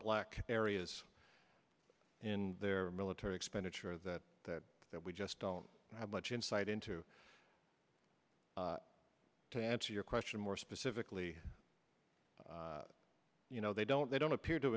black areas in their military expenditure that that that we just don't have much insight into to answer your question more specifically you know they don't they don't appear to